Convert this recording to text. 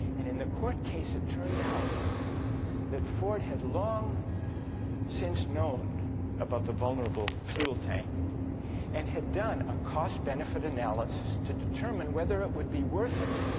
and in the court case it turned out that ford had long since known about the vulnerable fuel tank and had done a cost-benefit analysis to determine whether it would be worth it